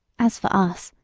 as for us,